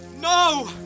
no